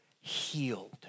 healed